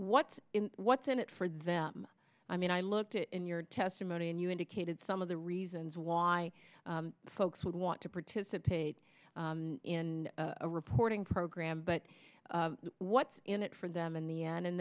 what's what's in it for them i mean i looked at in your testimony and you indicated some of the reasons why folks would want to participate in a reporting program but what's in it for them in the end and